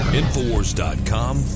infowars.com